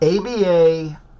ABA